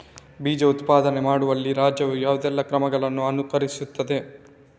ಬೀಜ ಉತ್ಪಾದನೆ ಮಾಡುವಲ್ಲಿ ರಾಜ್ಯವು ಯಾವುದೆಲ್ಲ ಕ್ರಮಗಳನ್ನು ಅನುಕರಿಸುತ್ತದೆ?